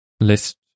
List